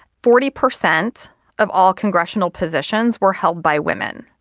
forty percent of all congressional positions were held by women.